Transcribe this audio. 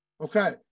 Okay